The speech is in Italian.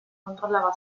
controllava